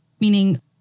meaning